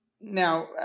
now